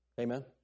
Amen